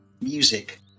music